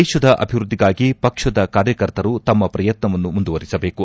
ದೇಶದ ಅಭಿವೃದ್ದಿಗಾಗಿ ಪಕ್ಷದ ಕಾರ್ಯಕರ್ತರು ತಮ್ನ ಪ್ರಯತ್ನವನ್ನು ಮುಂದುವರಿಸಬೇಕು